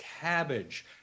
cabbage